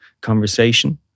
conversation